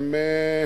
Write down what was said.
הן